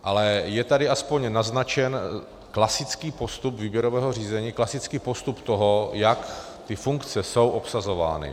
Ale je tady aspoň naznačen klasický postup výběrového řízení, klasický postup toho, jak ty funkce jsou obsazovány.